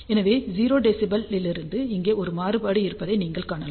எனவே 0 dB இலிருந்து இங்கே ஒரு மாறுபாடு இருப்பதை நீங்கள் காணலாம்